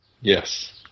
Yes